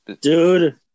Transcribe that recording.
dude